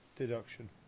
Deduction